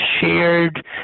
shared